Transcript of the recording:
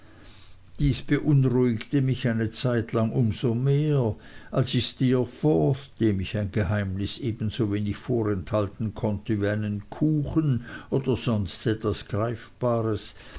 dies beunruhigte mich eine zeitlang umsomehr als ich steerforth dem ich ein geheimnis ebensowenig vorenthalten konnte wie einen kuchen oder sonst etwas greifbares